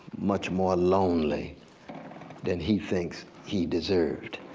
much more lonely than he thinks he deserved.